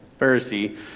Pharisee